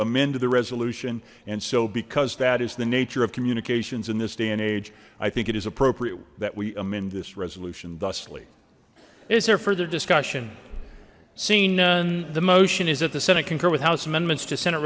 amend the resolution and so because that is the nature of communications in this day and age i think it is appropriate that we amend this resolution thusly is there further discussion seeing none the motion is that the senate concur with house amendments to sen